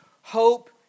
hope